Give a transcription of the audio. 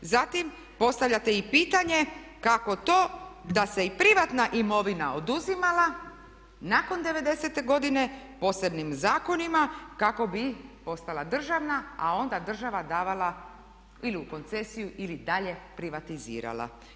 Zatim postavljate i pitanje kako to da se i privatna imovina oduzimala nakon devedesete godine posebnim zakonima kako bi ostala državna, a onda država davala ili u koncesiju ili dalje privatizirala.